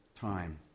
time